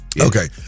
Okay